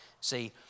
See